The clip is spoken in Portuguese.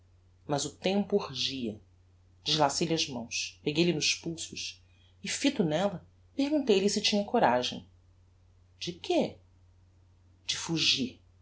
mas o tempo urgia deslacei lhe as mãos peguei-lhe nos pulsos e fito nella perguntei-lhe se tinha coragem de que de fugir